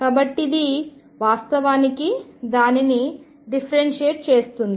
కాబట్టి ఇది వాస్తవానికి దానిని డిఫరెన్షియేట్ చేస్తుంది